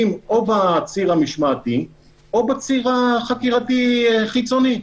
או בציר המשמעתי או בציר החקירתי חיצוני.